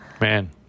man